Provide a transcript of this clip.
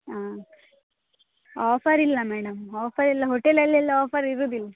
ಹಾಂ ಆಫರ್ ಇಲ್ಲ madam offer ಎಲ್ಲ ಹೋಟೆಲಲ್ಲಿ ಎಲ್ಲ ಆಫರ್ ಇರೋದಿಲ್ಲ